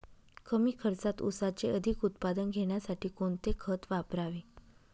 कमी खर्चात ऊसाचे अधिक उत्पादन घेण्यासाठी कोणते खत वापरावे?